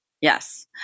Yes